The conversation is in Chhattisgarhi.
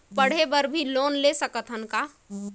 पढ़े बर भी लोन ले सकत हन का?